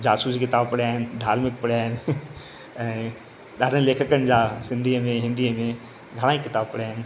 जासूस जी किताब पढ़िया आहिनि धार्मिक पढ़िया आहिनि ऐं ॾाढा लेखकनि जा सिंधीअ में हिंदीअ में घणा ई किताब पढ़िया आहिनि